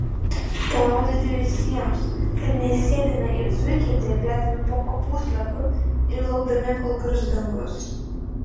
parodyti visiems kad nesėdime it zuikiai drebėdami po kopūstlapiu ir laukdami kol grius dangus